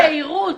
איזו יהירות.